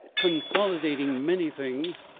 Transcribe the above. consolidating many things,